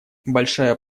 большая